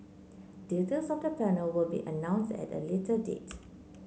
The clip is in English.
details of the panel will be announced at a later date